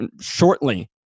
shortly